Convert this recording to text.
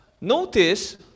notice